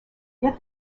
yet